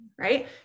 Right